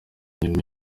nyuma